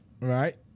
Right